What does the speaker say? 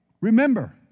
remember